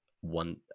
one